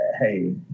hey